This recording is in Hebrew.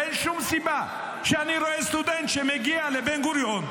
ואין שום סיבה שאני רואה סטודנט שמגיע לבן גוריון,